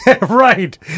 Right